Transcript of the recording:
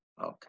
Okay